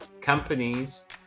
companies